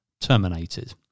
terminated